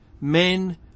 men